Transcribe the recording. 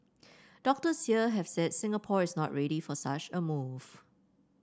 doctors here have said Singapore is not ready for such a move